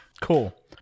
Cool